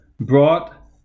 brought